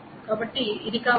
కాబట్టి ఇది కావచ్చు